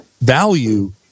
value